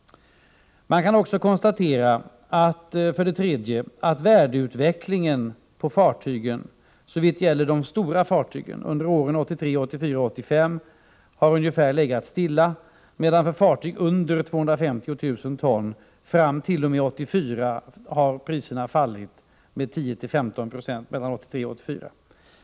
Man kan också konstatera att värdeutvecklingen på de stora fartygen under åren 1983, 1984 och 1985 i stort sett har legat stilla, medan priserna för fartyg på mindre än 250 000 ton har fallit med 10-15 90 mellan 1983 och 1984.